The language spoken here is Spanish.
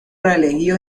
reelegido